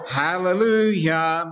hallelujah